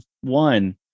one